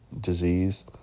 disease